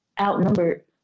outnumbered